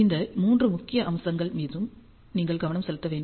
இந்த மூன்று முக்கிய அம்சங்கள் மீது நீங்கள் கவனம் செலுத்த வேண்டும்